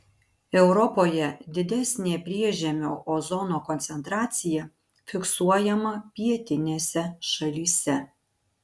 europoje didesnė priežemio ozono koncentracija fiksuojama pietinėse šalyse